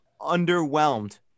underwhelmed